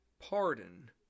pardon